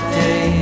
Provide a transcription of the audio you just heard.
day